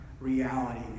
reality